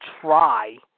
try –